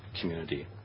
community